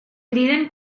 criden